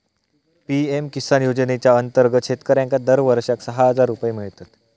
PM Kisan योजनेच्या अंतर्गत शेतकऱ्यांका दरवर्षाक सहा हजार रुपये मिळतत